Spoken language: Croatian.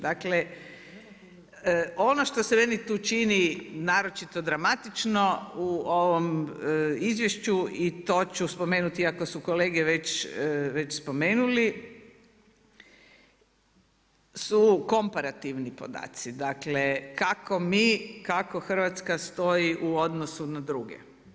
Dakle, ono što se meni tu čini naročito dramatično u ovom izvješću i to ću spomenuti iako su kolege već spomenuli su komparativni podaci, dakle kako mi, kako Hrvatska stoji u odnosu na druge.